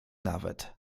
nawet